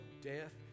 death